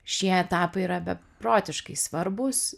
šie etapai yra beprotiškai svarbūs